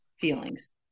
feelings